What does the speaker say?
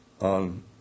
on